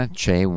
c'è